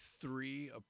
three